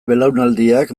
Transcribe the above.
belaunaldiak